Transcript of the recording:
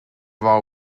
wou